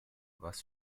was